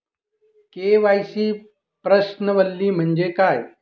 KYC प्रश्नावली म्हणजे काय?